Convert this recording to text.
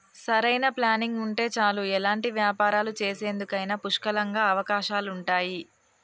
సరైన ప్లానింగ్ ఉంటే చాలు ఎలాంటి వ్యాపారాలు చేసేందుకైనా పుష్కలంగా అవకాశాలుంటయ్యి